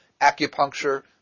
Acupuncture